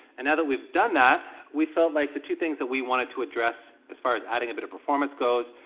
and now that we've done that, we felt like the two things that we wanted to address as far as adding a bit of performance goes,